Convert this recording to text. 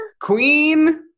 Queen